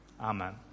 Amen